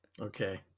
Okay